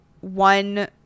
one